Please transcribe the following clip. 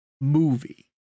movie